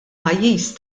pajjiż